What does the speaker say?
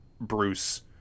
Bruce